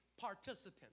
participant